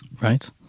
right